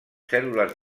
cèl·lules